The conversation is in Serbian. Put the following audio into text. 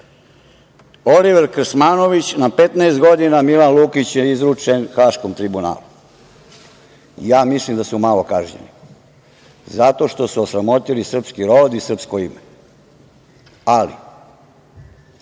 Oliver Krsmanović na 15 godina, Milan Lukić je izručen Haškom tribunalu. Mislim da su malo kažnjeni zato što su osramotili srpski rod i srpsko ime. To